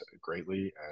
greatly